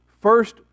first